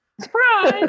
Surprise